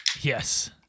Yes